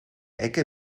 ecke